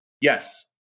Yes